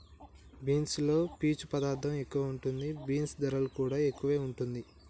beans లో పీచు పదార్ధం ఎక్కువ ఉంటది, బీన్స్ ధరలు కూడా ఎక్కువే వుంటుంది